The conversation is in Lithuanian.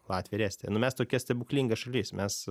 latvija ir estija nu mes tokia stebuklinga šalis mes